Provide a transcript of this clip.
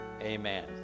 Amen